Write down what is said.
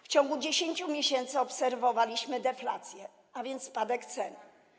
W ciągu 10 miesięcy obserwowaliśmy deflację, a więc spadek cen.